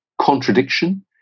contradiction